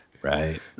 Right